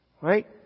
Right